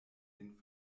den